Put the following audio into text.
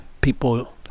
people